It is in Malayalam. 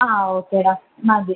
ആ ഓക്കെ ഡാ മതി